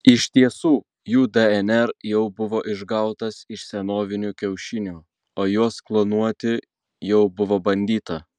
iš tiesų jų dnr jau buvo išgautas iš senovinių kiaušinių o juos klonuoti jau buvo bandyta